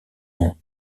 nom